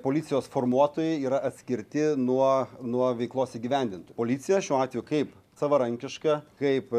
policijos formuotojai yra atskirti nuo nuo veiklos įgyvendintų policija šiuo atveju kaip savarankiška kaip